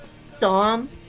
Psalm